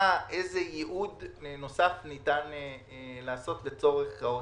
איזה ייעוד נוסף ניתן לעשות לצורך ההוצאה.